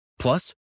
Plus